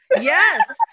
Yes